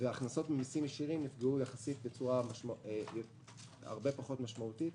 הכנסות ממסים ישירים נפגעו יחסית בצורה הרבה פחות משמעותית.